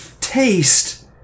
Taste